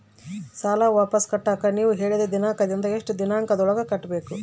ಸಾಲ ವಾಪಸ್ ಕಟ್ಟಕ ನೇವು ಹೇಳಿದ ದಿನಾಂಕದಿಂದ ಎಷ್ಟು ದಿನದೊಳಗ ಕಟ್ಟಬೇಕು?